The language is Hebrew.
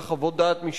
איזה סמכויות לא